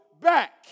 back